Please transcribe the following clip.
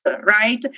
right